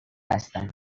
هستند